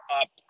up